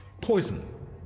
Poison